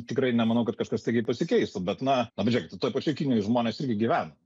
tikrai nemanau kad kažkas staigiai pasikeistų bet na na pažiūrėkit toj pačioj kinijoj žmonės irgi gyvena